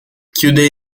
chiude